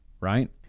right